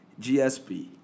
GSP